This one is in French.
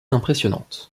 impressionnantes